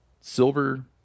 Silver